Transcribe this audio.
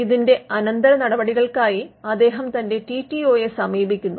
ഇതിന്റെ അനന്തരനടപടികൾക്കായി അദ്ദേഹം തന്റെ ടി ടി ഒയെ സമീപിക്കുന്നു